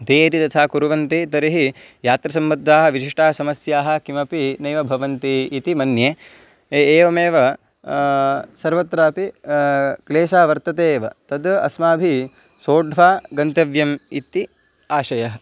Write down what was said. ते यदि तथा कुर्वन्ति तर्हि यात्रासम्बद्धाः विशिष्टाः समस्याः किमपि नैव भवन्ति इति मन्ये एवमेव सर्वत्रापि क्लेशः वर्तते एव तद् अस्माभि सोढ्वा गन्तव्यम् इति आशयः